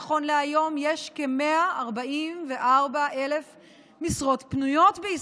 נכון להיום יש כ-144,000 משרות פנויות בישראל,